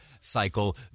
cycle